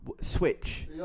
switch